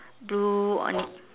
blue on it